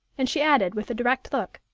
and she added, with a direct look,